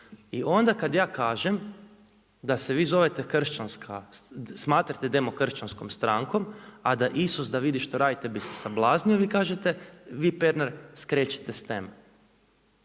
I onda kada ja kažem da se vi smatrate demokršćanskom strankom, a da Isus vidi šta radite bi se sablaznio, vi Pernar skrećete s teme.